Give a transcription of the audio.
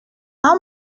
how